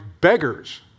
Beggars